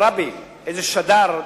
איזה שד"ר,